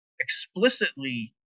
explicitly